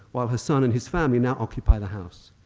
while her son and his family now occupy the house.